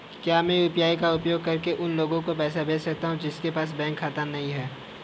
क्या मैं यू.पी.आई का उपयोग करके उन लोगों को पैसे भेज सकता हूँ जिनके पास बैंक खाता नहीं है?